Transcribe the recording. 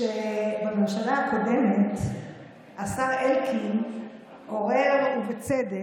האמת היא שהנציג שלכם באמת לא עשה עבודה